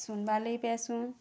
ଶୂନ୍ବାର୍ ଲାଗି ପାଏସୁଁ